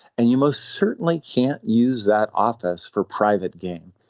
and you most certainly can't use that office for private gain.